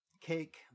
Cake